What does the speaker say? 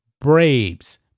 Braves